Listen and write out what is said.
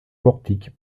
portique